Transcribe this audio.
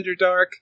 Underdark